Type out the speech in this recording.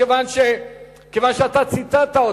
מכיוון שאתה ציטטת אותי.